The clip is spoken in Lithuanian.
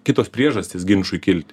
kitos priežastys ginčui kilti